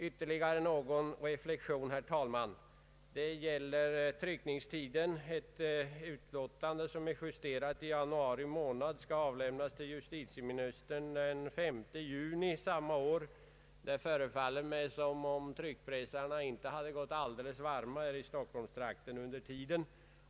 Ytterligare en reflexion, herr talman! Det gäller tryckningstiden. Ett utlåtande, som är justerat i januari månad, avlämnas till justitieministern den 35 juni samma år. Det förefaller mig som om tryckpressarna inte hade gått alldeles varma här i Stockholm under den tiden.